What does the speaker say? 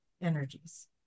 energies